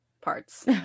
parts